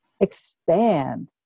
expand